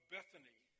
Bethany